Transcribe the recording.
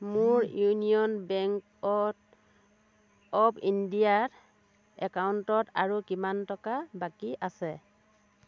মোৰ union bank অত of ইণ্ডিয়াত একাউণ্টত আৰু কিমান টকা বাকী আছে